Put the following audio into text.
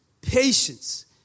patience